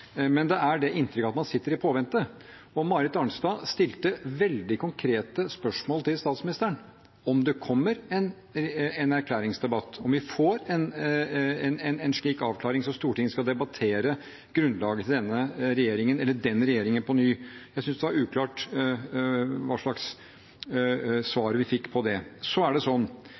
men det er det inntrykket at man sitter i påvente. Marit Arnstad stilte veldig konkrete spørsmål til statsministeren – om det kommer en erklæringsdebatt, om vi får en avklaring av grunnlaget for denne regjeringen, eller den regjeringen, som Stortinget skal debattere på ny. Jeg synes det var uklart hva slags svar vi fikk på det.